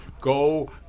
go